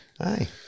Aye